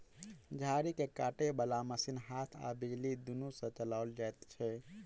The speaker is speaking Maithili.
झाड़ी के काटय बाला मशीन हाथ आ बिजली दुनू सँ चलाओल जाइत छै